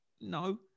No